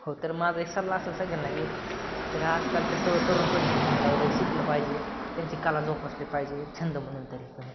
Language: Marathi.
हो तर माझा एक सल्ला असा सगळ्यांना की तर आजकालच्या सर्व तरुण पिढीने पहायला वगैरे शिकलं पाहिजे त्यांची कला जोपासली पाहिजे छंद म्हणूनतरी पण